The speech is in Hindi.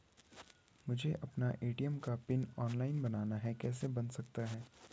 मुझे अपना ए.टी.एम का पिन ऑनलाइन बनाना है कैसे बन सकता है?